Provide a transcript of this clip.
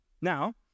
Now